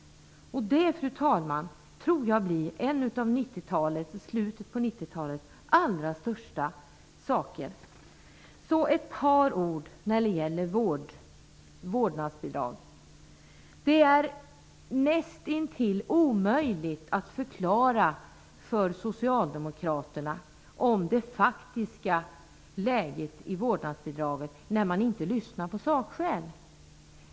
Det, fru talman, tror jag blir en av det sena 1990-talets allra största frågor. Till sist ett par ord när det gäller vårdnadsbidrag. Det är näst intill omöjligt att förklara det faktiska läget i fråga om vårdnadsbidraget för socialdemokraterna när de inte lyssnar på sakskäl.